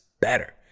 better